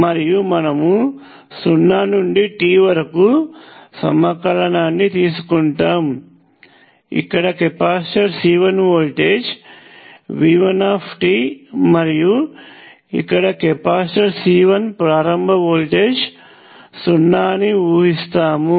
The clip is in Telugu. మరియు మనము 0 నుండి t వరకు సమాకలనాన్ని తీసుకుంటాము ఇక్కడ కెపాసిటర్ C1 వోల్టేజ్ V1tమరియు ఇక్కడ కెపాసిటర్ C1 ప్రారంభ వోల్టేజ్ సున్నా అని ఊహిస్తాము